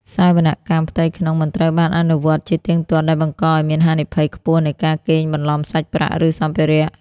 សវនកម្មផ្ទៃក្នុង មិនត្រូវបានអនុវត្តជាទៀងទាត់ ដែលបង្កឱ្យមានហានិភ័យខ្ពស់នៃការកេងបន្លំសាច់ប្រាក់ ឬសម្ភារៈ។